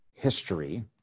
history